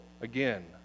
again